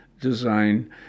design